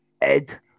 Ed